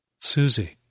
Susie